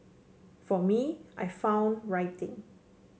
for me I found writing